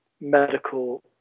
medical